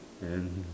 and